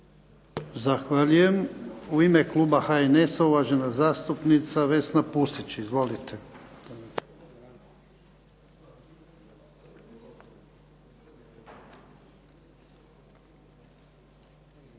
Zahvaljujem. U ime kluba HNS-a uvažena zastupnica Vesna Pusić. Izvolite.